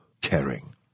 tearing